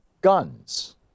guns